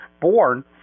born